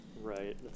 Right